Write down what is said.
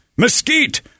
Mesquite